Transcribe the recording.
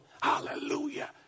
hallelujah